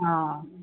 অঁ